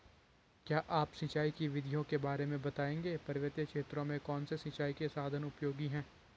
क्या आप सिंचाई की विधियों के बारे में बताएंगे पर्वतीय क्षेत्रों में कौन से सिंचाई के साधन उपयोगी हैं?